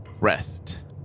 rest